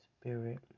spirit